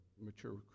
mature